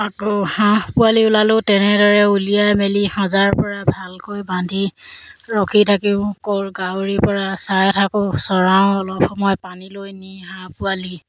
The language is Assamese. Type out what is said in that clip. আকৌ হাঁহ পোৱালি ওলালেও তেনেদৰে উলিয়াই মেলি সজাৰপৰা ভালকৈ বান্ধি ৰখি থাকি ক'ৰ কাউৰীৰপৰা চাই থাকোঁ চৰাওঁ অলপ সময় পানীলৈ নি হাঁহ পোৱালি